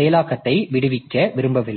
செயலாக்கத்தை விடுவிக்க விரும்பவில்லை